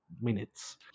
minutes